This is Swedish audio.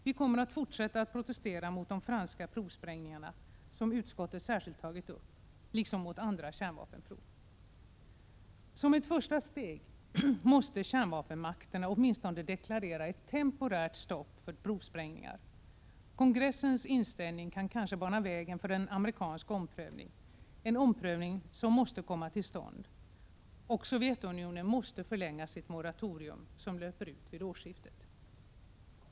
Vi kommer att fortsätta att protestera mot de franska provsprängningarna, som utskottet särskilt tagit upp, liksom mot andra kärnvapenprov. Som ett första steg måste kärnvapenmakterna åtminstone deklarera ett temporärt stopp för provsprängningar. Kongressens inställning kan kanske bana vägen för en amerikansk omprövning — en omprövning som måste komma till stånd. Och Sovjetunionen måste förlänga sitt moratorium som löper ut vid årsskiftet.